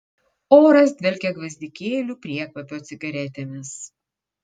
oras dvelkė gvazdikėlių priekvapio cigaretėmis